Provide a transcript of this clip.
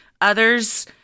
Others